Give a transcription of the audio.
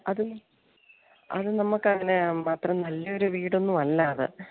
അത് അത് നമ്മക്ക് അങ്ങനെ മാത്രം നല്ല ഒരു വീട് ഒന്നും അല്ല അത്